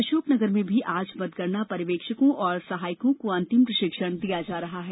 अशोकनगर में भी आज मतगणना पर्यवेक्षकों और सहायकों को अंतिम प्रशिक्षण दिया जा रहा है